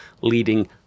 leading